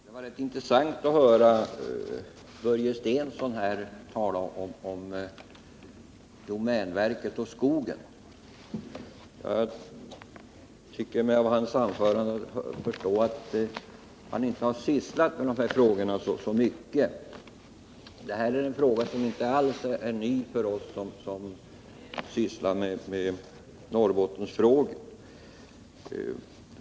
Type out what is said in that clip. Herr talman! Det var rätt intressant att höra Börje Stensson tala om domänverket och skogen. Av hans anförande tror jag mig förstå att han inte har sysslat med de här frågorna så mycket. Det här är ingenting nytt för oss som har arbetat med Norrbottensfrågor.